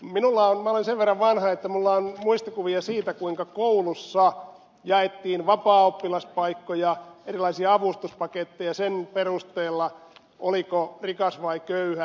minä olen sen verran vanha että minulla on muistikuvia siitä kuinka koulussa jaettiin vapaaoppilaspaikkoja erilaisia avustuspaketteja sen perusteella oliko rikas vai köyhä